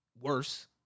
worse